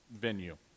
venue